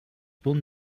will